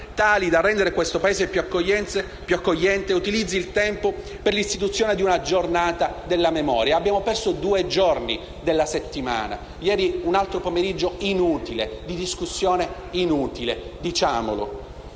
tali da rendere questo Paese più accogliente, utilizzi il tempo per l'istituzione di una giornata della memoria. Abbiamo perso due giorni della settimana. Ieri un altro pomeriggio inutile, di discussione inutile: diciamolo.